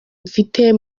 mfite